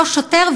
לא שוטר,